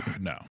No